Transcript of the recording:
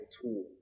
tool